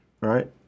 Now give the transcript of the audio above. right